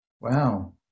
Wow